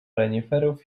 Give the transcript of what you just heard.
reniferów